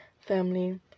family